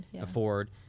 afford